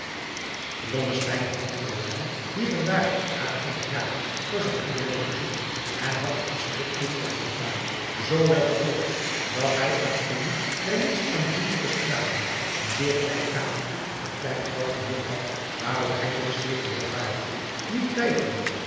had middelerwijl hier en daar naar eene kamer voor zijn broeder loopen zoeken en had de instructien van zijn vader zoo wel gevolgd dat hij in eene der minst aanzienlijke straten een zeer klein kamertje voor klein geld gehuurd had waarop hij zich zeer verhoovaardigde niet twijfelende